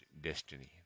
destiny